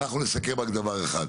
אנחנו נסכם רק דבר אחד,